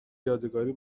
یادگاری